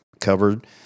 covered